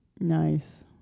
Nice